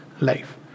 life